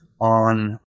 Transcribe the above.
on